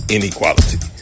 Inequality